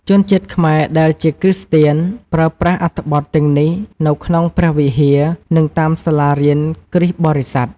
ជនជាតិខ្មែរដែលជាគ្រីស្ទានប្រើប្រាស់អត្ថបទទាំងនេះនៅក្នុងព្រះវិហារ និងតាមសាលារៀនគ្រីស្ទបរិស័ទ។